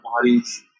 bodies